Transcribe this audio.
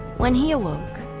when he awoke,